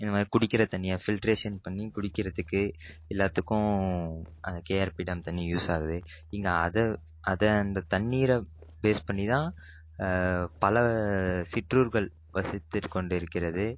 இந்த மாதிரி குடிக்கிற தண்ணியை ஃபில்ட்ரேஷன் பண்ணி குடிக்கிறதுக்கு எல்லாத்துக்கும் அந்த கேஆர்பி டேம் தண்ணி யூஸ்சாகுது இங்கே அதை அதை அந்த தண்ணீரை பேஸ் பண்ணி தான் பல சிற்றூர்கள் வசித்துக்கொண்டிருக்கிறது